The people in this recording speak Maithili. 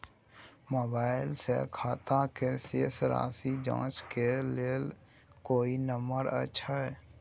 मोबाइल से खाता के शेस राशि जाँच के लेल कोई नंबर अएछ?